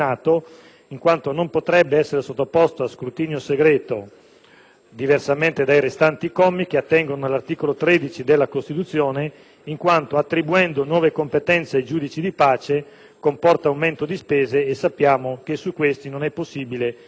diversamente dai restanti commi che attengono all'articolo 13 della Costituzione poiché, attribuendo nuove competenze ai giudici di pace, comporta un aumento di spesa e sappiamo che su questo non è possibile richiedere il voto segreto.